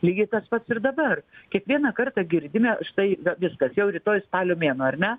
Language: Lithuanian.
lygiai tas pats ir dabar kiekvieną kartą girdime štai viskas jau rytoj spalio mėnuo ar ne